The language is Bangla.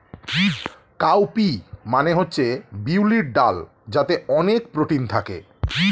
কাউ পি মানে হচ্ছে বিউলির ডাল যাতে অনেক প্রোটিন থাকে